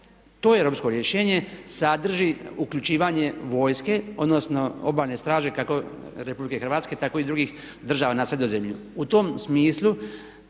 to europsko rješenje sadrži uključivanje vojske, odnosno obalne straže kako Republike Hrvatske tako i drugih država na Sredozemlju. U tom smislu